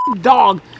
dog